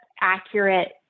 accurate